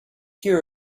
hear